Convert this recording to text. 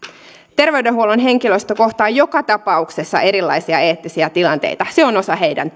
terveydenhuollon henkilöstö kohtaa joka tapauksessa erilaisia eettisiä tilanteita se on osa heidän